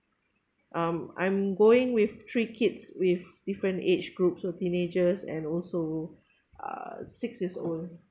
um I'm going with three kids with different age groups so teenagers and also uh six years old